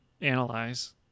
analyze